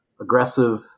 aggressive